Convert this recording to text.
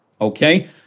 Okay